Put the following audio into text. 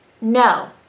no